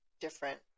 different